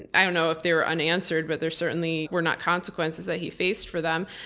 and i don't know if there are unanswered. but there certainly were not consequences that he faced for them.